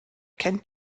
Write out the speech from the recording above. kennt